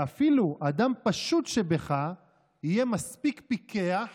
שאפילו אדם פשוט שבך יהיה מספיק פיקח